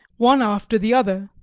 one after the other,